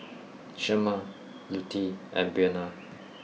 Shemar Lutie and Buena